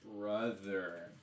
Brother